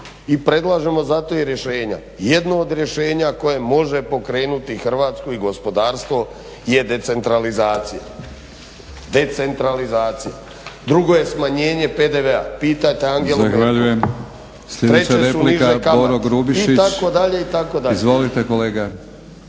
I predlažemo zato od rješenja. Jedno od rješenja koje može pokrenuti Hrvatsku i gospodarstvo je decentralizacija. Drugo je smanjenje PDV-a pitajte Angelu Merkel, treće su niže kamate itd. **Batinić, Milorad